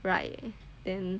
right then